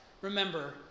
remember